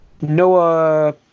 Noah